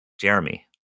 Jeremy